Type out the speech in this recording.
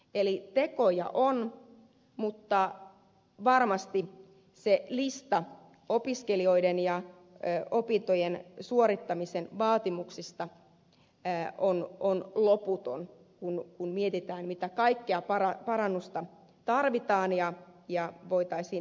eli tekoja on mutta varmasti lista opiskelijoiden ja opintojen suorittamisen vaatimuksista on loputon kun mietitään mitä kaikkea parannusta tarvitaan ja voitaisiin edistää